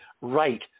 right